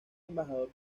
embajador